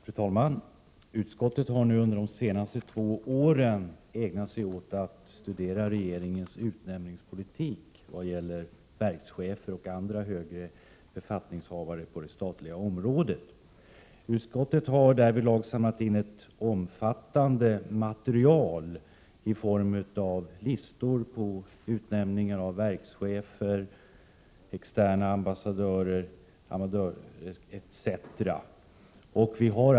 Fru talman! Konstitutionsutskottet har under de senaste två åren ägnat sig — ningspolitik åt att studera regeringens utnämningspolitik vad gäller verkschefer och andra högre befattningshavare på det statliga området. Utskottet har därvidlag samlat in ett omfattande material i form av listor på utnämningar av verkschefer, externa ambassadörer etc.